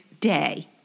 day